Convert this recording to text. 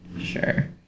Sure